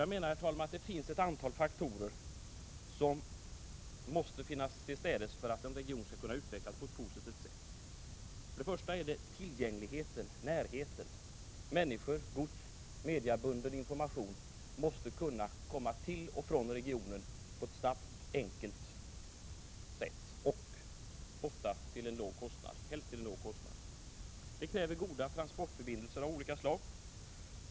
Jag menar, herr talman, att ett visst antal faktorer måste finnas för att en region skall kunna utvecklas på ett positivt sätt. För det första gäller det närheten och tillgängligheten. Människor, gods och mediabunden information måste kunna komma till och från regionen på ett snabbt och enkelt sätt, helst till låg kostnad. För detta krävs goda transportförbindelser av olika slag.